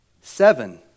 Seven